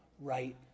right